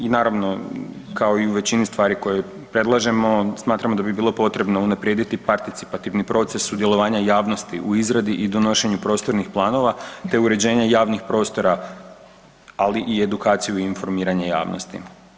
I naravno kao i u većini stvari koje predlažemo, smatramo da bi bilo potrebno unaprijediti participativni proces sudjelovanja javnosti u izradi i donošenju prostornih planova te uređenje javnih prostora, ali i edukaciju i informiranje javnosti.